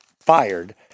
fired